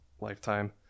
lifetime